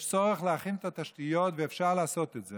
יש צורך להכין את התשתיות, ואפשר לעשות את זה.